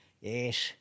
Yes